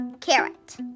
carrot